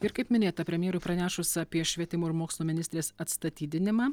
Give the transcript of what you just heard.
ir kaip minėta premjerui pranešus apie švietimo ir mokslo ministrės atstatydinimą